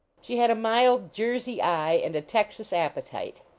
she had a mild jersey eye and a texas ap petite.